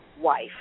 wife